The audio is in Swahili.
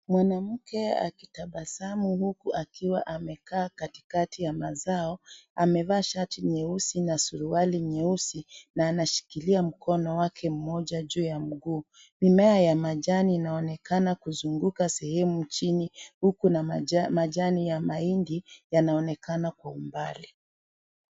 Mwanamke akitabasamu huku akiwa amekaa katikati ya mazao, amevaa shati nyeusi na suruali nyeusi, na anashikilia mkono wake mmoja juu ya mguu. Mimea ya majani inaoonekana kuzunguka sehemu chini, huku na majani ya mahindi yanaonekana kwa umbali.